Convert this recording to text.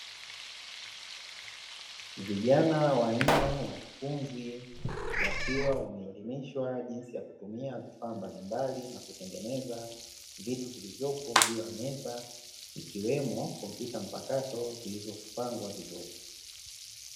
Vijana wanne wanafunzi, wakiwa wanafundishwa jinsi ya kutumia vifaa mbalimbali na kutengeneza vitu vilivyopo juu ya meza, ikiwemo kompyuta mpakato zilizopangwa vizuri.